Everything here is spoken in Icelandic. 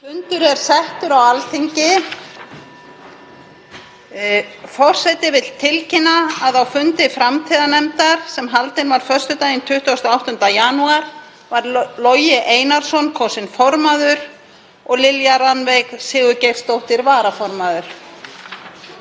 METADATA_END SPEECH_BEGIN Forseti vill tilkynna að á fundi framtíðarnefndar, sem haldinn var föstudaginn 28. janúar, var Logi Einarsson kosinn formaður og Lilja Rannveig Sigurgeirsdóttir varaformaður.